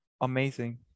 amazing